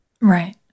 Right